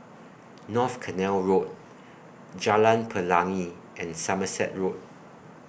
North Canal Road Jalan Pelangi and Somerset Road